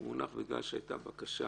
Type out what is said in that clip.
הוא מונח בגלל שהייתה בקשה